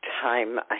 time